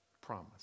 Promise